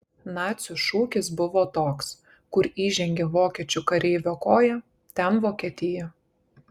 nacių šūkis buvo toks kur įžengė vokiečių kareivio koja ten vokietija